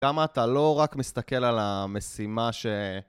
גם אתה לא רק מסתכל על המשימה ש...